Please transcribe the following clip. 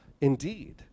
indeed